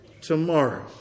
tomorrow